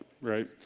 right